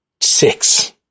Six